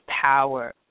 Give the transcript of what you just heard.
power